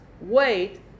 wait